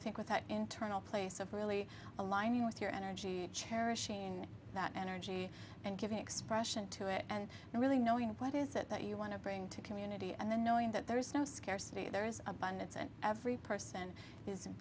think with that internal place of really aligning with your energy cherishing that energy and giving expression to it and really knowing what is it that you want to bring to community and then knowing that there is no scarcity there is abundance and every person is